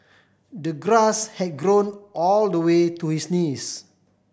the grass had grown all the way to his knees